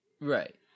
Right